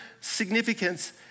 significance